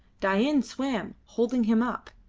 dain swam, holding him up.